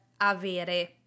avere